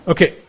Okay